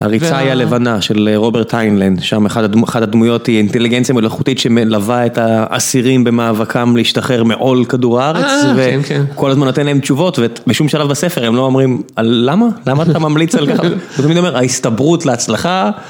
עריצה היא הלבנה של רוברט היינליין, שם אחת ה...אחת הדמויות היא אינטליגנציה מלאכותית שמלווה את האסירים במאבקם להשתחרר מעול כדור הארץ אה כן כן וכל הזמן נותן להם תשובות ובשום שלב בספר הם לא אומרים למה? למה אתה ממליץ על כך? הוא תמיד אומר ההסתברות להצלחה